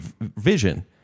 vision